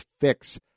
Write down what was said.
fix